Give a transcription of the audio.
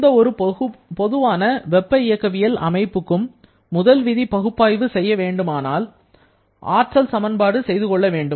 எந்த ஒரு பொதுவான வெப்ப இயக்கவியல் அமைப்புக்கும் முதல் விதி பகுப்பாய்வு செய்ய வேண்டுமென்றால் ஆற்றல் சமன்பாடு செய்து கொள்ள வேண்டும்